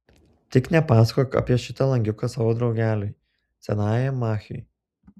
tik nepasakok apie šitą langiuką savo draugeliui senajam machiui